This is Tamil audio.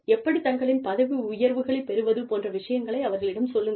எப்படி தங்களின் பதவி உயர்வுகளைப் பெறுவது போன்ற விஷயங்களை அவர்களிடம் சொல்லுங்கள்